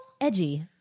Edgy